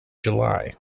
july